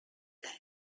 death